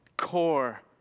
core